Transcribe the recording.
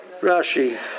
Rashi